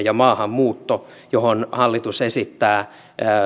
ja maahanmuutto johon hallitus esittää